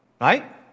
Right